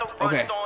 Okay